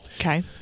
Okay